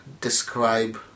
describe